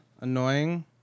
Annoying